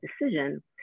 decision